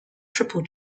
triple